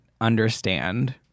understand